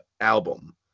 album